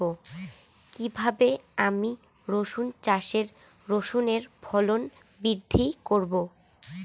কীভাবে আমি রসুন চাষে রসুনের ফলন বৃদ্ধি করব?